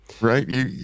right